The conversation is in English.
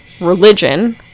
religion